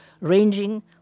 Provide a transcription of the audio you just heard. ranging